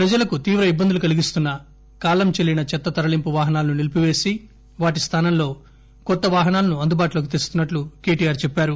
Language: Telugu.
ప్రజలకు తీవ్ర ఇబ్బందులు కల్గిస్తున్న కాలం చెల్లిన చెత్త తరలింపు వాహనాలను నిలిపిపేసి వాటి స్థానంలో కొత్త వాహనాలను అందుబాటులోకి తెస్తున్నట్లు కె టి ఆర్ చెప్పారు